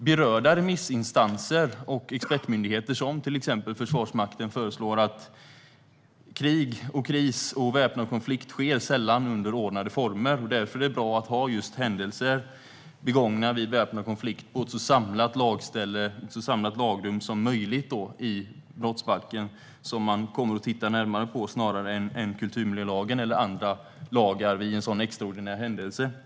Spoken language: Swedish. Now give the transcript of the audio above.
Berörda remissinstanser och expertmyndigheter, till exempel Försvarsmakten, hävdar att krig, kris och väpnad konflikt sällan sker under ordnade former, och därför är det bra att händelser begångna vid en väpnad konflikt finns samlade i ett lagrum i brottsbalken snarare än i kulturmiljölagen eller i andra lagar för extraordinära händelser.